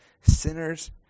Sinners